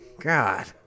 God